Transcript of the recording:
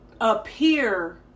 appear